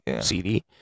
CD